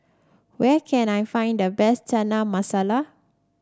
where can I find the best Chana Masala